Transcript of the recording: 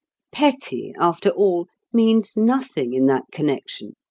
petty, after all, means nothing in that connexion.